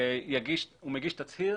הוא מגיש תצהיר